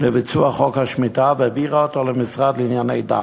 לביצוע חוק השמיטה והעבירה אותה למשרד לענייני דת.